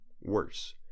Worse